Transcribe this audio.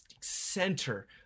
center